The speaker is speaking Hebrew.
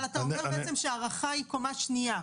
אבל אתה אומר בעצם שההערכה היא קומה שנייה.